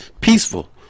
peaceful